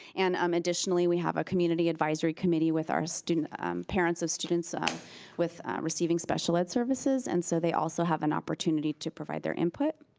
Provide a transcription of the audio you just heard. and um additionally we have a community advisory committee with our parents of students um with receiving special ed services and so they also have an opportunity to provide their input.